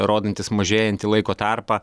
rodantis mažėjantį laiko tarpą